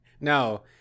No